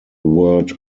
word